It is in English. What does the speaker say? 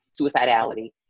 suicidality